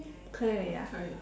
可以 already ah